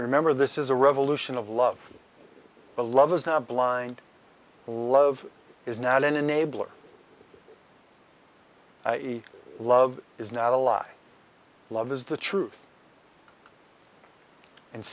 remember this is a revolution of love a love is not blind love is not an enabler love is not a lie love is the truth and